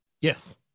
Yes